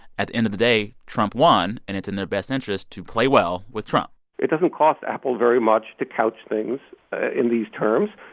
at the end of the day, trump won, and it's in their best interest to play well with trump it doesn't cost apple very much to couch things in these terms.